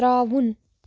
ترٛاوُن